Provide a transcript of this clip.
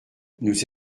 nous